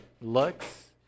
looks